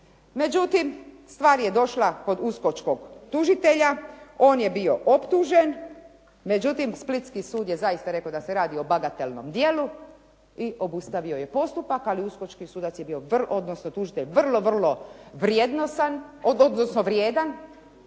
Međutim, stvar je došla kod uskočkog tužitelja, on je bio optužen, međutim splitski sud je zaista rekao da se radi o bagatelnom djelu i obustavio je postupak, ali uskočki sudac je bio, odnosno tužitelj vrlo, vrlo,